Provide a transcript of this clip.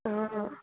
অঁ